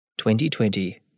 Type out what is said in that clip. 2020